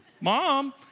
Mom